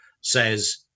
says